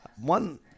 One